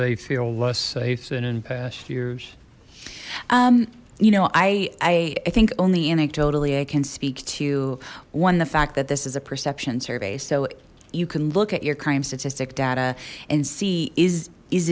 they feel less safe than in past years you know i i think only anecdotally i can speak to one the fact that this is a perception survey so you can look at your crime statistic data and see is is